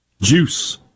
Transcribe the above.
Juice